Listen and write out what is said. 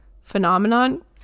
phenomenon